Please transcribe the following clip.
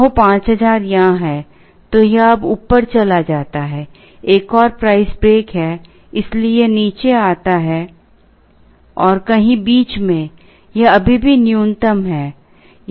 कहो 5000 यहाँ है तो यह अब ऊपर चला जाता है एक और प्राइस ब्रेक है इसलिए यह नीचे आता है और कहीं बीच में यह अभी भी न्यूनतम है यह 4898 है